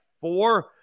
four